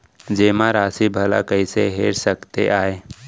जेमा राशि भला कइसे हेर सकते आय?